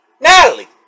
Natalie